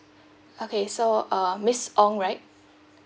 okay so uh miss ong right